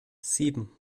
sieben